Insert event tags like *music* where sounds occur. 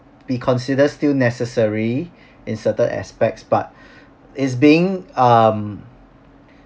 be consider still necessary in certain aspects but *breath* is being um